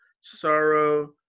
Sorrow